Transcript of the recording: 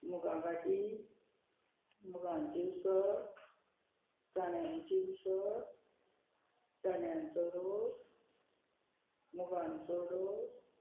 मुगा घाटी मुगांचें उसळ चण्यांची उसळ चण्यांचो रोस मुगांचो रोस